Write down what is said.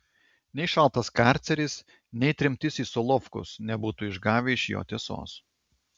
nei šaltas karceris nei tremtis į solovkus nebūtų išgavę iš jo tiesos